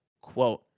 quote